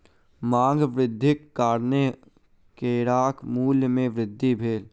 मांग वृद्धिक कारणेँ केराक मूल्य में वृद्धि भेल